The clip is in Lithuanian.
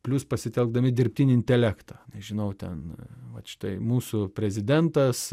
plius pasitelkdami dirbtinį intelektą nežinau ten vat štai mūsų prezidentas